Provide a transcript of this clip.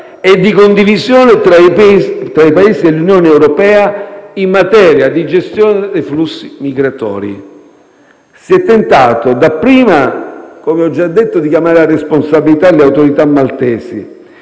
e di condivisione tra i Paesi dell'Unione europea in materia di gestione dei flussi migratori. Si è tentato dapprima, come ho già detto, di chiamare alla responsabilità le autorità maltesi,